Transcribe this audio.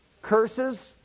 Curses